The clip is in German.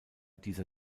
dieser